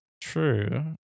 True